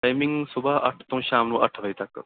timing ਸੁਬਹਾ ਅੱਠ ਤੋਂ ਸ਼ਾਮ ਨੂੰ ਅੱਠ ਵਜੇ ਤੱਕ